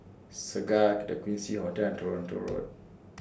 Segar The Quincy Hotel and Toronto Road